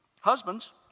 Husbands